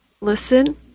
listen